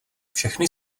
všechny